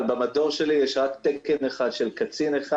אבל במדור שלי יש רק תקן אחד של קצין אחד